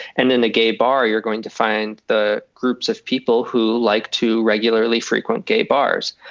and then a gay bar, you're going to find the groups of people who like to regularly frequent gay bars.